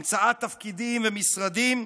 המצאת תפקידים ומשרדים,